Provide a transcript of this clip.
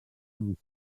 amb